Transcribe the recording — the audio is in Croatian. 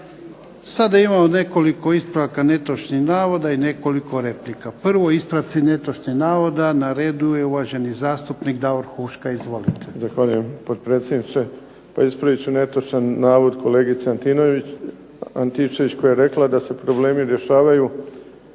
Sada imamo nekoliko ispravaka netočnih navoda, i nekoliko replika. Prvo ispravci netočnih navoda, na redu je uvaženi zastupnik Davor Huška. Izvolite. **Huška, Davor (HDZ)** Zahvaljujem potpredsjedniče. Pa ispravit ću netočan navod, kolegice Antičević koja je rekla da se problemi rješavaju